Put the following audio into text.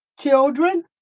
children